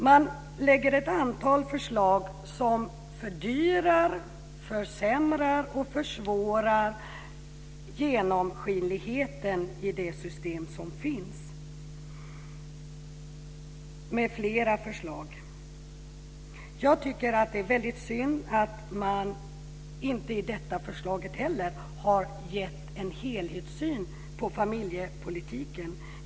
Man lägger fram ett antal förslag som fördyrar, försämrar och försvårar genomskinligheten i det system som finns. Jag tycker att det är väldigt synd att man inte heller i detta förslag har gett en helhetssyn på familjepolitiken.